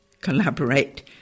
collaborate